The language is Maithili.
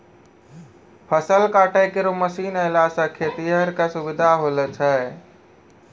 फसल काटै केरो मसीन आएला सें खेतिहर क सुबिधा होलो छै